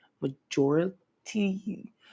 majority